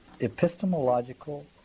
epistemological